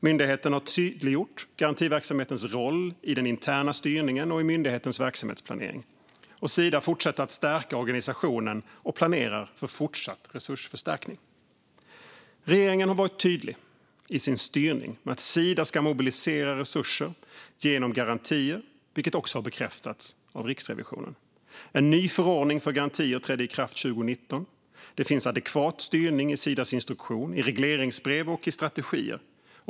Myndigheten har tydliggjort garantiverksamhetens roll i den interna styrningen och i myndighetens verksamhetsplanering. Sida fortsätter att stärka organisationen och planerar för fortsatt resursförstärkning. Regeringen har varit tydlig i sin styrning med att Sida ska mobilisera resurser genom garantier, vilket också bekräftas av Riksrevisionen. En ny förordning för garantier trädde i kraft 2019. Det finns adekvat styrning i Sidas instruktion, i regleringsbrev och i strategier.